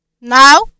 Now